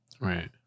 Right